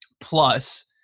plus